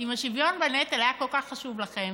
אם השוויון בנטל היה כל כך חשוב לכם